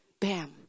Bam